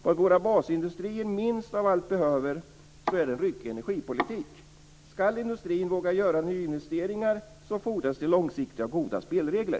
Vad våra basindustrier minst av allt behöver är en ryckig energipolitik. Ska industrin våga göra nyinvesteringar fordras det långsiktiga och goda spelregler.